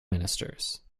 ministers